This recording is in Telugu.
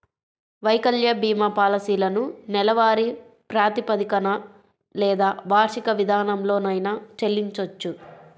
వైకల్య భీమా పాలసీలను నెలవారీ ప్రాతిపదికన లేదా వార్షిక విధానంలోనైనా చెల్లించొచ్చు